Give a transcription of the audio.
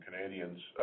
Canadians